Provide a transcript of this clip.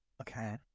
Okay